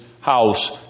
house